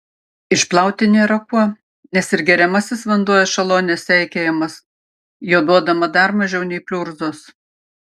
išplauti nėra kuo nes ir geriamasis vanduo ešelone seikėjamas jo duodama dar mažiau nei pliurzos